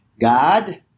God